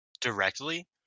directly